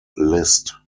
list